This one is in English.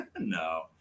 No